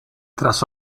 tras